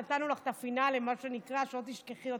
נתנו לך את הפינאלה, מה שנקרא, שלא תשכחי אותנו.